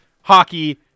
hockey